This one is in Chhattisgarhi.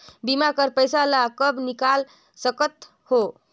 बीमा कर पइसा ला कब निकाल सकत हो?